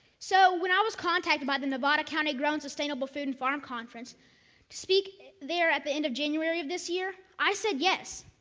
so, when i was contacted by the nevada county grown and sustainable food and farm conference to speak there at the end of january of this year, i said yes.